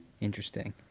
Interesting